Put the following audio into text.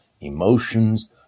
emotions